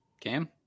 Cam